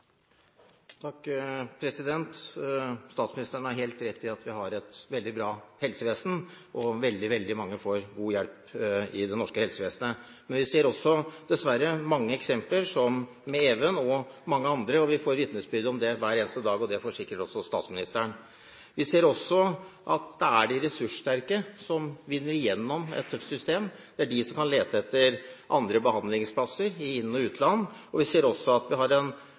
Statsministeren har helt rett i at vi har et veldig bra helsevesen. Veldig, veldig mange får god hjelp i det norske helsevesenet, men vi ser også dessverre mange eksempler som det med Even – og mange andre. Vi får vitnesbyrd om det hver eneste dag, og det får sikkert også statsministeren. Vi ser også at det er de ressurssterke som vinner igjennom i et tøft system – det er de som kan lete etter andre behandlingsplasser i inn- og utland. Vi ser også at vi har en